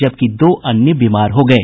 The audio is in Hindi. वहीं दो अन्य बीमार हो गये